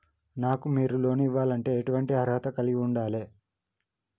నాకు మీరు లోన్ ఇవ్వాలంటే ఎటువంటి అర్హత కలిగి వుండాలే?